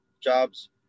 jobs